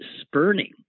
spurning